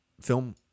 film